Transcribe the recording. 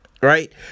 right